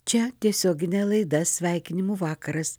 čia tiesioginė laida sveikinimų vakaras